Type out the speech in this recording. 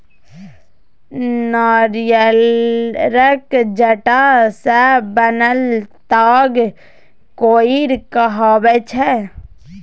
नारियरक जट्टा सँ बनल ताग कोइर कहाबै छै